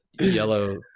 yellow